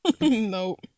Nope